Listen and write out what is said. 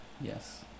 Yes